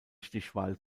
stichwahl